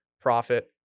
profit